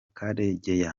karegeya